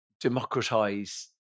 democratize